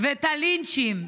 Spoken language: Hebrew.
ואת הלינצ'ים.